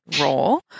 role